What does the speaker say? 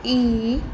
E